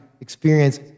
experience